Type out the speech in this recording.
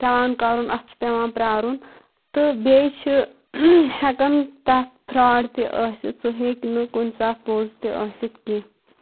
پیٚوان کَرُن اَتھ چھُ پیٚوان پرٛارُن تہٕ بیٚیہِ چھِ ہٮ۪کان تَتھ فراڈ تہِ ٲسِتھ سُہ ہٮ۪کہِ نہٕ کُنہِ ساتہٕ پوٚز تہِ ٲسِتھ کیٚنٛہہ